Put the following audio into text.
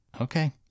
Okay